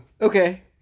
Okay